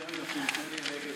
וגם סגן לפריפריה, נגב וגליל.